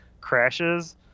crashes